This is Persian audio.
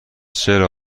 چرا